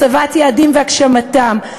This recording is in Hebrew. הצבת יעדים והגשמתם,